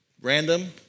random